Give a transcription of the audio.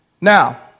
Now